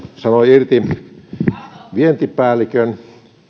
irti vientipäällikön